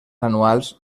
anuals